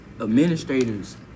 Administrators